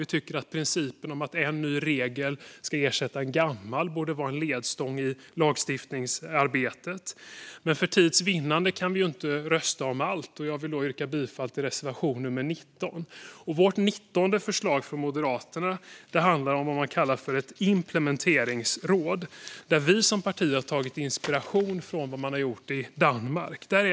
Vi tycker att principen om att en ny regel ska ersätta en gammal borde vara en ledstång i lagstiftningsarbetet. Vi kan inte rösta om allt, och jag vill för tids vinnande yrka bifall endast till reservation nummer 19. Moderaternas förslag handlar om det som kallas implementeringsråd. Där har vi som parti hämtat inspiration från hur man har gjort i Danmark.